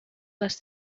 les